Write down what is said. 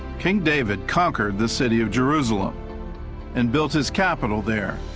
king david conquered the city of jerusalem and built his capital there.